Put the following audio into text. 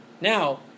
Now